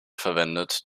verwendet